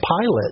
pilot